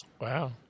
Wow